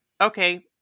Okay